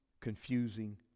confusing